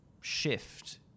shift